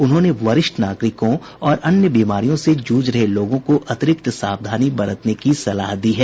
उन्होंने वरिष्ठ नागरिकों और अन्य बीमारियों से जूझ रहे लोगों को अतिरिक्त सावधानी बरतने की सलाह दी है